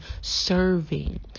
serving